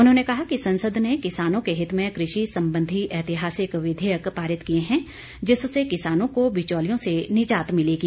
उन्होंने कहा कि संसद ने किसानों के हित में कृषि संबंधी ऐतिहासिक विधेयक पारित किए हैं जिससे किसानों को बिचौलियों से निजात मिलेगी